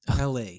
LA